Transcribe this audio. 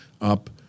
up